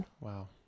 Wow